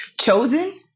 chosen